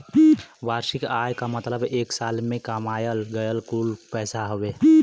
वार्षिक आय क मतलब एक साल में कमायल गयल कुल पैसा हउवे